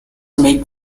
make